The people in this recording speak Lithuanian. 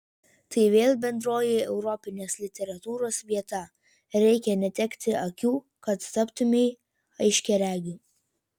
tai vėl bendroji europinės literatūros vieta reikia netekti akių kad taptumei aiškiaregiu